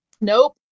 Nope